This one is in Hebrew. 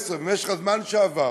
ומשך הזמן שעבר